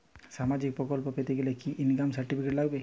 সামাজীক প্রকল্প পেতে গেলে কি ইনকাম সার্টিফিকেট লাগবে?